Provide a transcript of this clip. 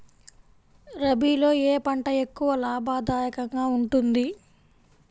రబీలో ఏ పంట ఎక్కువ లాభదాయకంగా ఉంటుంది?